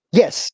yes